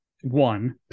one